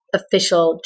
official